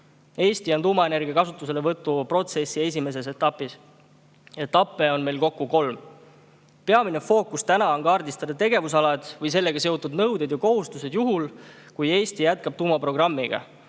Eesti on tuumaenergia kasutuselevõtu protsessi esimeses etapis. Etappe on kokku kolm. Peamine fookus on täna sellel, et kaardistada tegevusalad või selle [protsessiga] seotud nõuded ja kohustused juhuks, kui Eesti jätkab tuumaprogrammi.